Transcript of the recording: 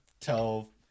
tell